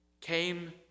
came